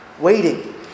Waiting